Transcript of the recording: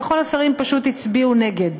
וכל השרים פשוט הצביעו נגד.